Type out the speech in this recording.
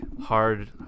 hard